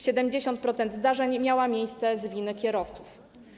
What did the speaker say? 70% zdarzeń miało miejsce z winy kierowców.